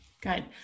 Good